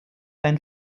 ein